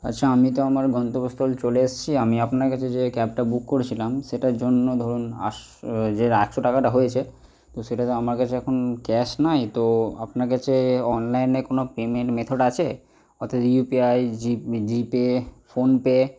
আচ্ছা আমি তো আমার গন্তব্যস্থল চলে এসছি আমি আপনার কাছে যে ক্যাবটা বুক করেছিলাম সেটার জন্য ধরুন আসশো যে একশো টাকাটা হয়েছে তো সেটা তো আমার কাছে এখন ক্যাশ নাই তো আপনার কাছে অনলাইনে কোনো পেমেন্ট মেথড আছে অর্থাৎ UPI G pay phone pay